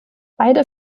beide